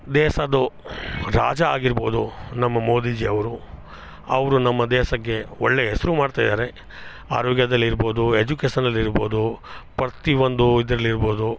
ದೇಶಾದು ರಾಜ ಆಗಿರ್ಬೋದು ನಮ್ಮ ಮೋದೀಜಿ ಅವರು ಅವರು ನಮ್ಮ ದೇಶಕ್ಕೆ ಒಳ್ಳೆಯ ಹೆಸ್ರು ಮಾಡ್ತಾಯಿದ್ದಾರೆ ಆರೋಗ್ಯದಲ್ಲಿರ್ಬೋದು ಎಜುಕೇಸನಲ್ಲಿರ್ಬೋದು ಪ್ರತಿ ಒಂದು ಇದರಲ್ಲಿರ್ಬೌದು